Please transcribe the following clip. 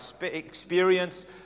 experience